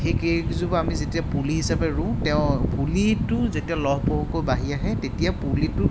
ঠিক এইকেইজোপা যেতিয়া আমি পুলি হিচাপে ৰুওঁ তেওঁ পুলিটো যেতিয়া লহপহকৈ বাঢ়ি আহে তেতিয়া পুলিটো